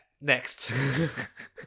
Next